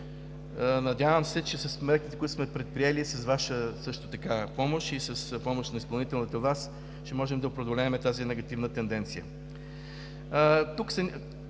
Надявам се, че с мерките, които сме предприели, също така с Ваша помощ и с помощта на изпълнителната власт ще можем да преодолеем тази негативна тенденция. Тук са